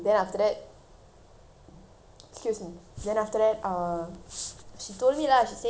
excuse me then after that err she told me lah she say she realise I'm on the phone